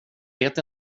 vet